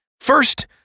First